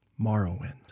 Morrowind